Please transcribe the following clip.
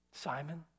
Simon